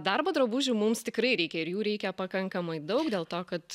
darbo drabužių mums tikrai reikia ir jų reikia pakankamai daug dėl to kad